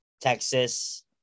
Texas